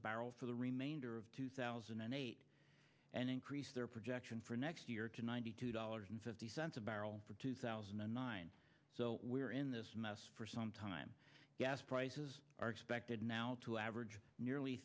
a barrel for the remainder of two thousand and eight and increase their projection for next year to ninety two dollars and fifty cents a barrel for two thousand and nine so we're in this mess for some time gas prices are expected now to average nearly